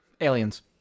Aliens